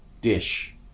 dish